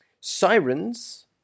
Sirens